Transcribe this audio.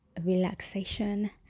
relaxation